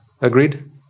Agreed